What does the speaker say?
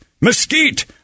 mesquite